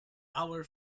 our